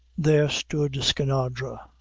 there stood skinadre,